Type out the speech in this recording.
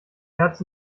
herz